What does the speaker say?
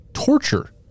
torture